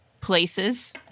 places